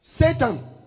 Satan